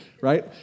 right